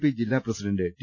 P ജില്ലാ പ്രസിഡന്റ് T